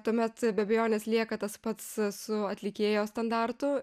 tuomet be abejonės lieka tas pats su atlikėjo standartu